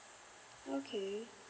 okay